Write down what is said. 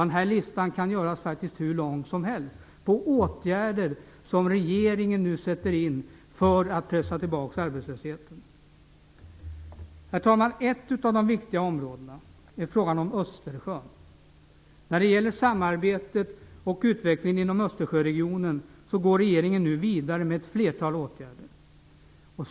Den här listan på åtgärder som regeringen nu sätter in för att pressa tillbaka arbetslösheten kan faktiskt göras hur lång som helst. Herr talman! Ett av de viktiga områdena är frågan om Östersjön. När det gäller samarbetet och utvecklingen inom Östersjöregionen går regeringen nu vidare med ett flertal åtgärder.